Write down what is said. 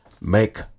make